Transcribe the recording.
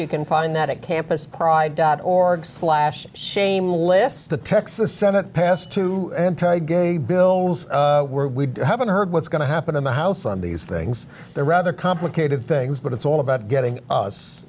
you can find that at campus pride dot org slash shame lists the texas senate passed two anti gay bills were we haven't heard what's going to happen in the house on these things they're rather complicated things but it's all about getting